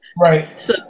Right